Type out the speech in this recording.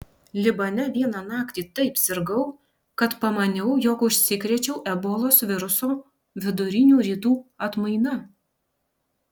libane vieną naktį taip sirgau kad pamaniau jog užsikrėčiau ebolos viruso vidurinių rytų atmaina